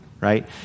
right